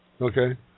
Okay